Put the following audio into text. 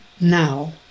now